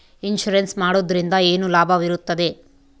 Insurance ಮಾಡೋದ್ರಿಂದ ಏನು ಲಾಭವಿರುತ್ತದೆ?